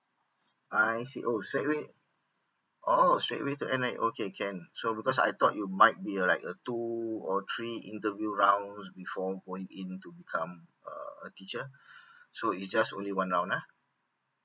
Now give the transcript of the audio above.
I see oh straight away oh straight away to N_I_E okay can so because I thought you might be a like a two or three interview rounds before going in to become a a teacher so is just only one round lah